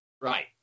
right